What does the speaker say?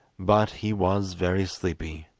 but he was very sleepy,